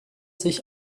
sich